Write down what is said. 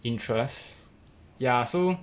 interest ya so